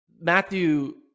Matthew